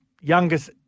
youngest